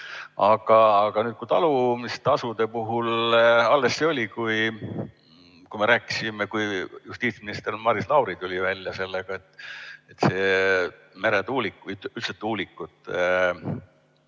Aga nüüd talumistasude puhul, alles see oli, kui me rääkisime ja justiitsminister Maris Lauri tuli välja sellega – meretuulikute, üldse tuulikute